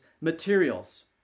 materials